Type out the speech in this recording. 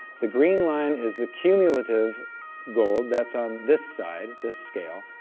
the green line is the cumulative gold, that's on this side, this scale,